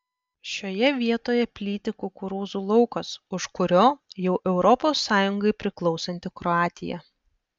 šioje vietoje plyti kukurūzų laukas už kurio jau europos sąjungai priklausanti kroatija